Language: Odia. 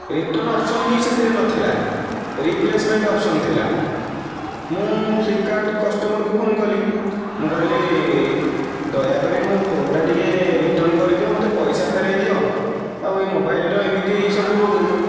ରିଟର୍ଣ୍ଣ ଅପ୍ସନ୍ ହିଁ ସେଥିରେ ନଥିଲା ରିପ୍ଲେସମେଣ୍ଟ ଅପ୍ସନ୍ ଥିଲା ମୁଁ ଫ୍ଲିପକାର୍ଟ କଷ୍ଟମରକୁ ଫୋନ କଲି ମୁଁ କହିଲି ଦୟାକରି ମୋ ଫୋନଟା ଟିକେ ରିଟର୍ଣ୍ଣ କରିଦିଅ ମୋତେ ପଇସା ଫେରାଇଦିଅ ଆଉ ଏ ମୋବାଇଲର ଏମିତି ସବୁ